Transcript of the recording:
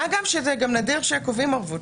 מה גם שזה גם נדיר שקובעים ערבות,